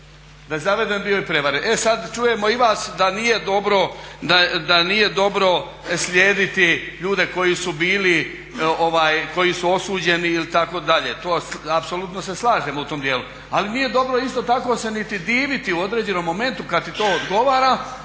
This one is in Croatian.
da je zaveden bio i prevaren. E sad čujemo i vas da nije dobro, da nije dobro slijediti ljude koji su bili, ljude koji su osuđeni ili tako dalje. Apsolutno se slažemo u tom dijelu, ali nije dobro isto tako se niti diviti u određenom momentu kad ti to odgovara